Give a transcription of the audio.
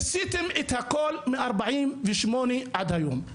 ניסיתם את הכל מ- 1948 עד היום,